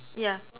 ya